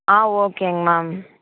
ஆ ஓகேங்க மேம்